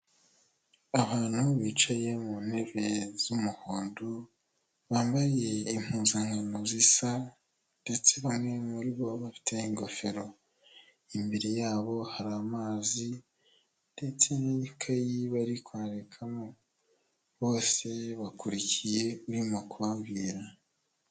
Abantu bicaye mu ntebe z'umuhondo, bambaye impuzankano zisa ndetse bamwe muri bo bafite ingofero, imbere yabo hari amazi ndetse n'ikayi bari kwandikamo, bose bakurikiye urimo kubabwira.